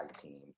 Team